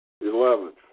Eleventh